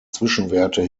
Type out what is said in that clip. zwischenwerte